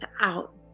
out